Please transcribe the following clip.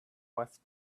was